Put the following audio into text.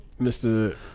Mr